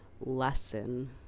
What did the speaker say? lesson